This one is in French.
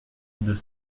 deux